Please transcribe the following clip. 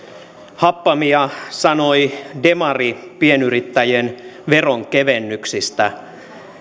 happamia sanoi demari pienyrittäjien veronkevennyksistä